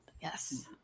Yes